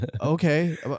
okay